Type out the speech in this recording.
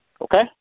Okay